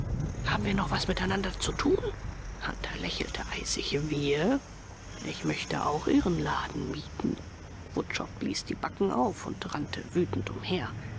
haben wir noch was miteinander zu tun hunter lächelte eisig wir ich möchte auch ihren laden mieten wutschow blies die backen auf und rannte wütend umher